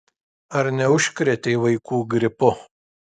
ar neužkrėtei vaikų gripu